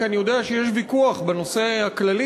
כי אני יודע שיש ויכוח בנושא הכללי,